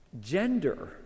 gender